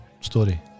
story